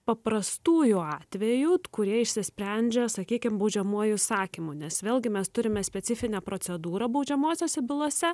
paprastųjų atvejų kurie išsisprendžia sakykim baudžiamuoju įsakymu nes vėlgi mes turime specifinę procedūrą baudžiamosiose bylose